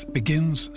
begins